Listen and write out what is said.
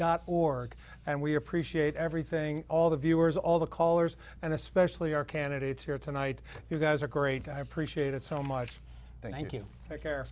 dot org and we appreciate everything all the viewers all the callers and especially our candidates here tonight you guys are great i appreciate it so much